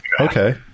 Okay